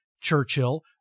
Churchill